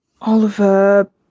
Oliver